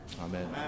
Amen